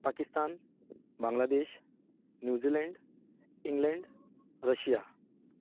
Pakistan Bangladesh New Zealand England Russia